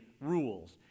rules